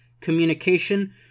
communication